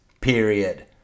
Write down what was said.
period